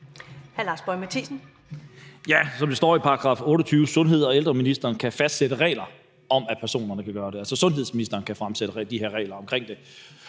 Som der står i § 28, kan sundheds- og ældreministeren fastsætte regler om, at man kan gøre det, altså sundheds- og ældreministeren kan fremsætte de her regler omkring det.